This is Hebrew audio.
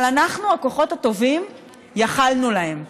אבל אנחנו, הכוחות הטובים, יכולנו להם,